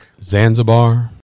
Zanzibar